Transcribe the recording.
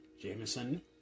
Jameson